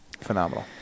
Phenomenal